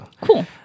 Cool